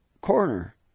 corner